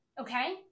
okay